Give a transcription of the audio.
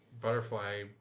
butterfly